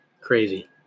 Crazy